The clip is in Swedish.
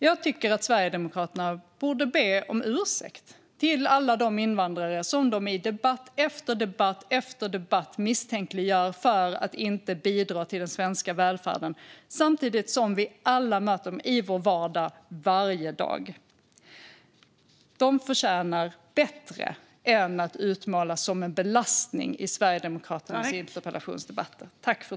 Jag tycker att Sverigedemokraterna borde be om ursäkt till alla de invandare som de i debatt efter debatt misstänkliggör för att inte bidra till den svenska välfärden, samtidigt som vi alla möter dem i vår vardag varje dag. De förtjänar bättre än att utmålas som en belastning i Sverigedemokraternas interpellationsdebatter.